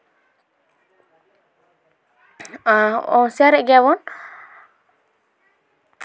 ᱟᱨ ᱚ ᱥᱮᱭᱟᱨᱮᱫ ᱜᱮᱭᱟ ᱵᱚᱱ